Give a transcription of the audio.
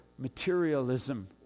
materialism